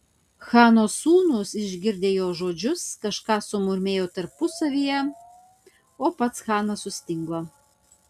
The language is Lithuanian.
chano sūnūs išgirdę jo žodžius kažką sumurmėjo tarpusavyje o pats chanas sustingo